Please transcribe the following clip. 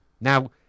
Now